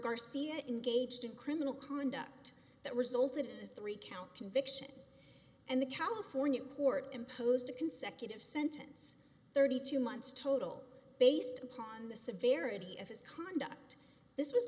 garcia engaged in criminal conduct that resulted in a three count conviction and the california court imposed a consecutive sentence thirty two months total based upon the severity of his conduct this was